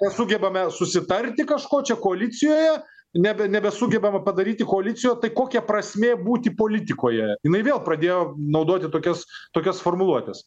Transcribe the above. nesugebame susitarti kažko čia koalicijoje nebe nebesugebama padaryti koalicijo tai kokia prasmė būti politikoje jinai vėl pradėjo naudoti tokias tokias formuluotes